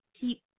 keep